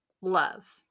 love